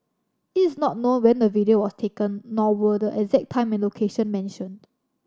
it is not known when the video was taken nor were the exact time and location mentioned